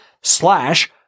slash